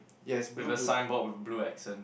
with a signboard with blue accent